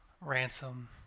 Ransom